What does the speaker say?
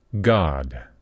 God